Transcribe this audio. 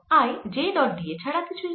I J dot d a ছাড়া কিছুই না